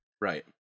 Right